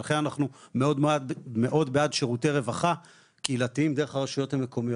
לכן אנחנו מאוד בעד שירותי רווחה קהילתיים דרך הרשויות המקומיות.